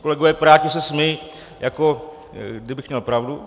Kolegové piráti se smějí, jako kdybych měl pravdu.